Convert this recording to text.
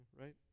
right